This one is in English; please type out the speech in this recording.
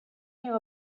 knew